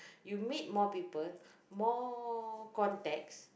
you meet more people more contacts